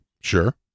Sure